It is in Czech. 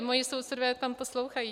Moji sousedé tam poslouchají.